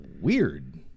weird